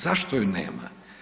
Zašto je nema?